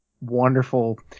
wonderful